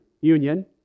union